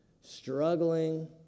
struggling